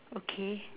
okay